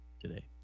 today